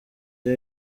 bya